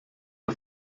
der